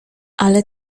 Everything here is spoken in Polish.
ale